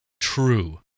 true